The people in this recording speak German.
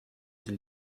sie